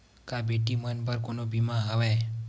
का बेटी मन बर कोनो बीमा हवय?